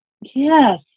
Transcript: Yes